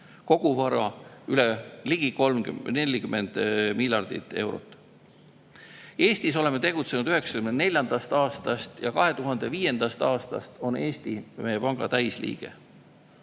Koguvara on ligi 40 miljardit eurot. Eestis oleme tegutsenud 1994. aastast ja 2005. aastast on Eesti meie panga täisliige.